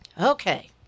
okay